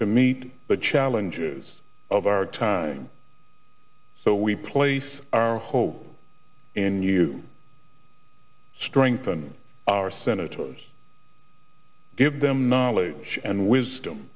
to meet the challenges of our time so we place our hope in you strengthen our senators give them knowledge and wisdom